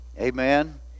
amen